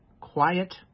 Quiet